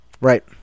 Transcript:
Right